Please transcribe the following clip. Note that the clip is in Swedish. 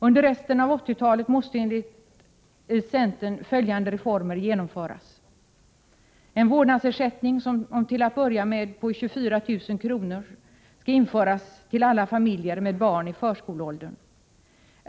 Under resten av 1980-talet måste, enligt centern, följande reformer genomföras: Vårdnadsersättning om till att börja med 24 000 kr. per år införs till alla familjer med barn i förskoleåldern.